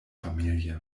familie